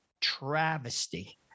travesty